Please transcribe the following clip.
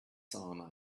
sauna